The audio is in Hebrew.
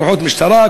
כוחות משטרה,